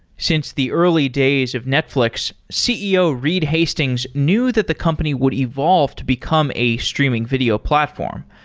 since the early days of netflix, ceo reed hastings knew that the company would evolve to become a streaming video platform,